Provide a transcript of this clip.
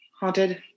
haunted